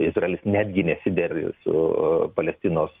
izraelis netgi nesider su a palestinos